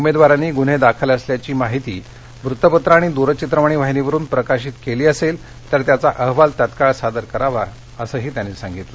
उमेदवारांनी गुन्हे दाखल असल्याची माहिती वृत्तपत्रं आणि दूरचित्रवाणी वाहिनीवरुन प्रकाशित केली असेल तर त्याचा अहवाल तत्काळ सादर करावा असंही त्यांनी सांगितलं